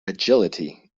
agility